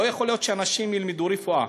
לא יכול להיות שאנשים ילמדו רפואה